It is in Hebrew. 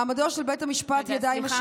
מעמדו של בית המשפט ידע עם השנים" רגע,